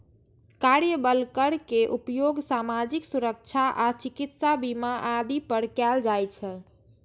कार्यबल कर के उपयोग सामाजिक सुरक्षा आ चिकित्सा बीमा आदि पर कैल जाइ छै